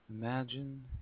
Imagine